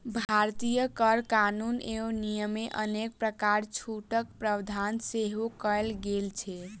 भारतीय कर कानून एवं नियममे अनेक प्रकारक छूटक प्रावधान सेहो कयल गेल छै